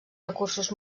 recursos